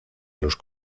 los